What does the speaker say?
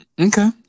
Okay